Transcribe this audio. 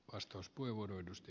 arvoisa puhemies